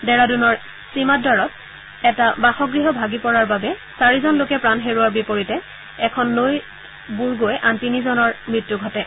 ডেহৰাডুনৰ সীমাদ্বাৰত এটা বাসগৃহ ভাগি পৰা বাবে চাৰিজন লোকে প্ৰাণ হেৰুওৱাৰ বিপৰীতে এখন নৈত বূৰ গৈ আন তিনিজনৰ মৃত্যু ঘটে